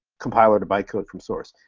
compiler to bytecode from source.